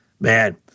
Man